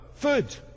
food